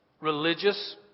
religious